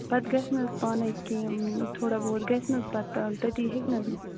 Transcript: پَتہٕ گژھِ نہٕ حظ پانَے کیٚنہہ تھوڑا بہت گژھِ نہٕ حظ پَتہٕ تٔتی ہیٚکہِ نہٕ حظ